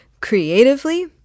creatively